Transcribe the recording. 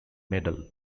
medal